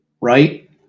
right